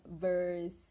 verse